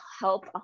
help